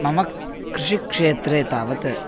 मम कृषिक्षेत्रे तावत्